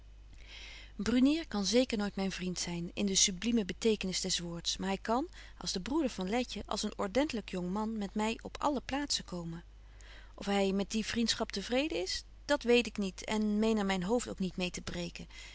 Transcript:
brunier kan zeker nooit myn vriend zyn in de sublime betekenis des woords maar hy kan als de broeder van letje als een ordentlyk jongman met my op alle plaatzen komen of hy met die vriendschap te vreden is dat weet ik niet en meen er myn hoofd ook niet mêe te breken